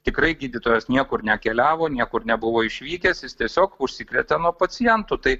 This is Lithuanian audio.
tikrai gydytojas niekur nekeliavo niekur nebuvo išvykęs jis tiesiog užsikrėtė nuo pacientų tai